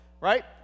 Right